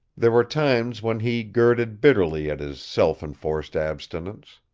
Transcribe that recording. there were times when he girded bitterly at his self-enforced abstinence.